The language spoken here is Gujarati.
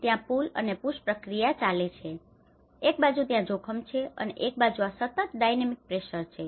અને ત્યાં પુલ અને પુશ પ્રક્રિયા ચાલે છે અને એક બાજુ ત્યાં જોખમ છે અને એક બાજુ આ સતત ડાયનેમિક પ્રેશર છે